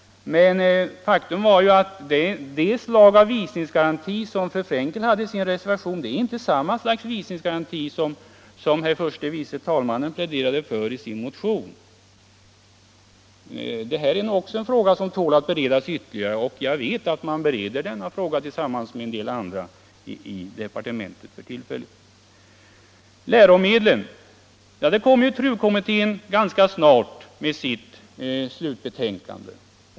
Men faktum är att fru Frenkels visningsgaranti inte är den visningsgaranti som herr förste vice talmannen pläderade för i sin motion. Detta är också en fråga som tål att beredas ytterligare, och jag vet att man bereder den tillsammans med en del andra i departementet för tillfället. När det gäller läromedlen så kommer TRU-kommittén ganska snart med sitt slutbetänkande.